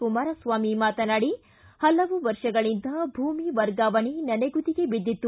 ಕುಮಾರಸ್ವಾಮಿ ಮಾತನಾಡಿ ಹಲವು ವರ್ಷಗಳಿಂದ ಭೂಮಿ ವರ್ಗಾವಣೆ ನನೆಗುದಿಗೆ ಬಿದ್ದಿತ್ತು